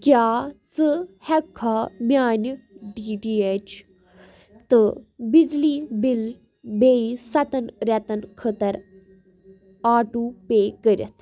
کیٛاہ ژٕ ہٮ۪ککھا میانہِ ڈی ٹی اٮ۪چ تہٕ بِجلی بِل بیٚیہِ سَتن رٮ۪تَن خٲطر آٹوٗ پے کٔرِتھ